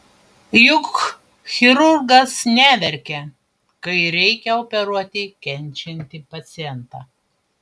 juk chirurgas neverkia kai reikia operuoti kenčiantį pacientą